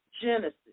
Genesis